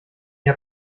ihr